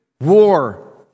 war